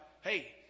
hey